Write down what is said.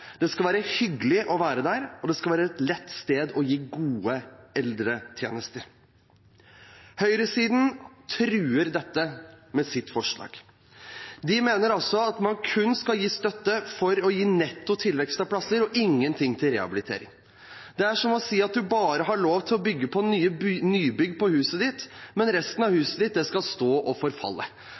Det skal være hyggelig å være der, og det skal være et lett sted å gi gode tjenester til de eldre. Høyresiden truer dette med sitt forslag. De mener at man kun skal gi støtte for å gi netto tilvekst av plasser og ingenting til rehabilitering. Det er som å si at man bare har lov til å bygge nybygg på huset sitt, mens resten av huset skal stå og forfalle.